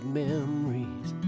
memories